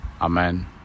amen